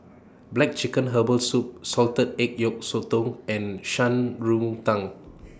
Black Chicken Herbal Soup Salted Egg Yolk Sotong and Shan Rui Tang